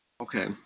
Okay